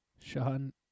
Sean